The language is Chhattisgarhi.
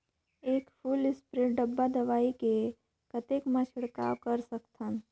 एक फुल स्प्रे डब्बा दवाई को कतेक म छिड़काव कर सकथन?